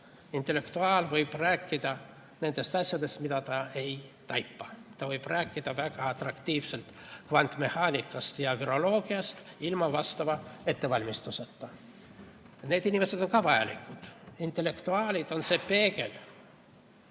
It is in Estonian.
Intellektuaal võib rääkida nendest asjadest, millest ta ei taipa. Ta võib rääkida väga atraktiivselt kvantmehaanikast ja agroloogiast ilma vastava ettevalmistuseta. Need inimesed on ka vajalikud. Intellektuaalid on see peegel,